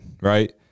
right